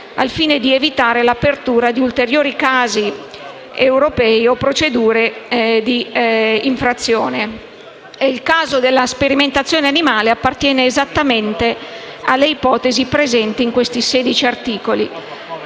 al fine di evitare l'apertura di ulteriori casi europei o procedure di infrazione. Il caso della sperimentazione animale appartiene esattamente all'ipotesi presente in questi 16 articoli.